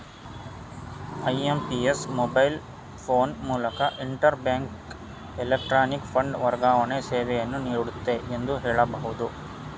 IMPS mobile phone ಮೂಲಕ interbank electronic fund ವರ್ಗಾವಣೆ ಸೇವೆಯನ್ನು ನೀಡುತ್ತೆ ಎಂದು ಹೇಳಬಹುದು